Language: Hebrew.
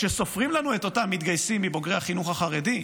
כשסופרים לנו את אותם מתגייסים מבוגרי החינוך החרדי,